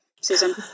Susan